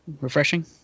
refreshing